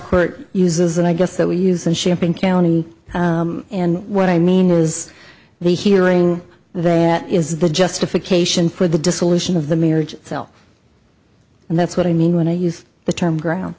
court uses and i guess that we use a shipping county and what i mean is the hearing that is the justification for the dissolution of the marriage itself and that's what i mean when i use the term ground